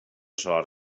sola